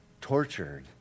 tortured